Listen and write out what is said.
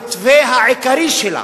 במתווה העיקרי שלה,